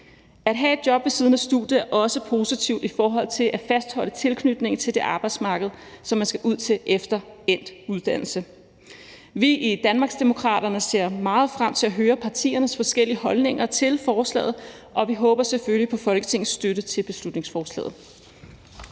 At have et job ved siden af studiet er også positivt i forhold til at fastholde tilknytningen til det arbejdsmarked, som man skal ud til efter endt uddannelse. Vi i Danmarksdemokraterne ser meget frem til at høre partiernes forskellige holdninger til forslaget, og vi håber selvfølgelig på Folketingets støtte til beslutningsforslaget.